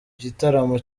gitaramo